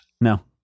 No